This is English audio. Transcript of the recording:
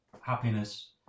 happiness